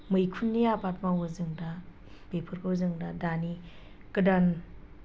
मैखुननि आबाद मावो जों दा बेफोरखौ जों दा दानि गोदान